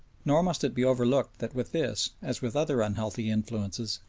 nor must it be overlooked that with this, as with other unhealthy influences,